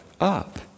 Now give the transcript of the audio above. up